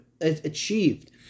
achieved